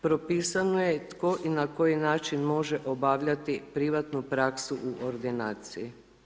Propisano je tko i na koji način može obavljati privatnu praksu u ordinaciji.